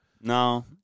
No